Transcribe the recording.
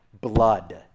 blood